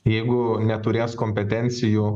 jeigu neturės kompetencijų